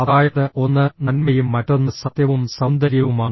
അതായത്ഃ ഒന്ന് നന്മയും മറ്റൊന്ന് സത്യവും സൌന്ദര്യവുമാണ്